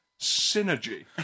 synergy